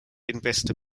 investor